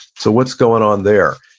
so what's going on there?